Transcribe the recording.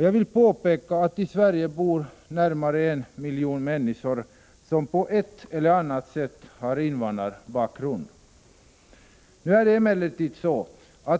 Jag vill påpeka att det i Sverige bor närmare 1 miljon människor som på ett eller annat sätt har invandrarbakgrund. Nu har emellertid